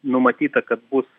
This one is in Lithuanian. numatyta kad bus